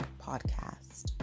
podcast